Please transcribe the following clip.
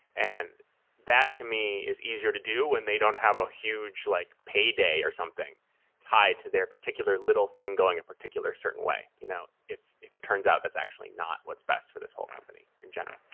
and that to me is easier to do when they don't have a huge like payday or something tied to their particular little thing going a particular certain way you know if if it turns out that's not actually not what's best for this whole company in general.